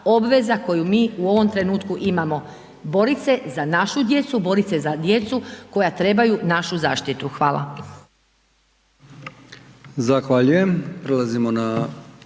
koju mi u ovom trenutku imamo. Boriti se za našu djecu, boriti se za djecu koja trebaju našu zaštitu. Hvala.